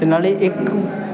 ਅਤੇ ਨਾਲੇ ਇੱਕ